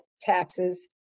taxes